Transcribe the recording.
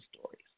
stories